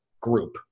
group